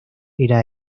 era